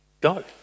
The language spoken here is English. go